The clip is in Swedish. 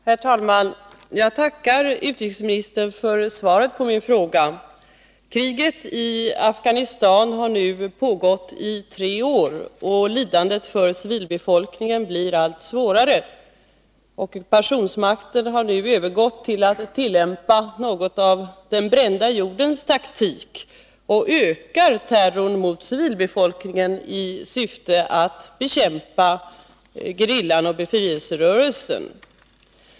Herr talman! Jag tackar utrikesministern för svaret på min fråga. Kriget i Afghanistan har nu pågått i tre år, och lidandet för civilbefolkningen blir allt svårare. Ockupationsmakten har övergått till att tillämpa något av den brända jordens taktik och ökar terrorn mot civilbefolkningen i syfte att bekämpa gerillan och befrielserörelsen.